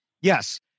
Yes